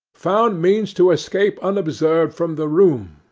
found means to escape unobserved from the room,